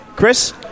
Chris